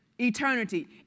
eternity